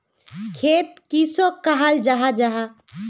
खेत किसोक कहाल जाहा जाहा?